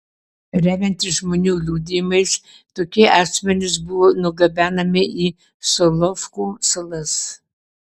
remiantis žmonių liudijimais tokie asmenys buvo nugabenami į solovkų salas